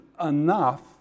enough